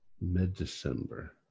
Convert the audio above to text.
Mid-December